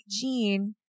gene